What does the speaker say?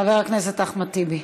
חבר הכנסת אחמד טיבי.